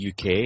UK